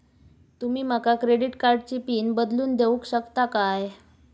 तुमी माका क्रेडिट कार्डची पिन बदलून देऊक शकता काय?